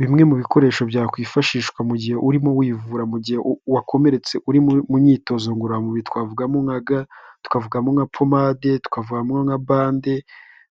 Bimwe mu bikoresho byakwifashishwa mu gihe urimo wivura mu gihe wakomeretse uri mu myitozo ngororamubiri twavugamo nka ga, tukavugamo nka pomade, tukavugamo nka bande